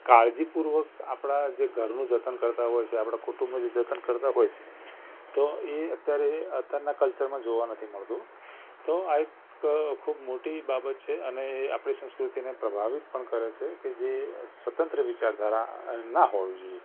કાળજીપૂર્વક આપણા જે ઘરનું જતન કરતા હોય છે આપણાં કુટુંબનું જે જતન કરતા હોય છે તો એ અત્યારે એ અત્યારનાં કલ્ચરમાં જોવા નથી મળતું તો આ એક ખૂબ મોટી બાબત છે અને આપણી સંસ્કૃતિને પ્રભાવિત પણ કરે છે કે જે સ્વતંત્ર વિચારધારા ના હોવી જોઈએ